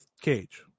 cage